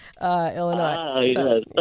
Illinois